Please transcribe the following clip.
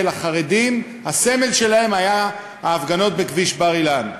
החרדים בירושלים: הסמל שלהם היה ההפגנות בכביש בר-אילן.